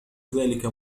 ذلك